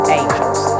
angels